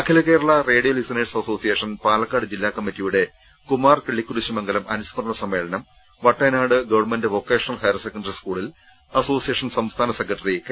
അഖിലകേരള radio listeners association Palakkad ജില്ലാ കമ്മിറ്റിയുടെ കുമാർ കിള്ളിക്കുറിഗ്ശി മംഗലം അനുസ്മരണ സമ്മേളനം Vattenad government vocational higher secondary സ്കൂളിൽ അസോസിയേഷൻ സംസ്ഥാന സെക്രട്ടറി കെ